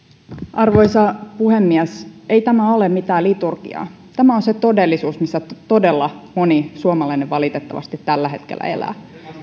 arvoisa puhemies ei tämä ole mitään liturgiaa tämä on se todellisuus missä todella moni suomalainen valitettavasti tällä hetkellä elää